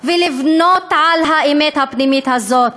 ולבנות על האמת הפנימית הזאת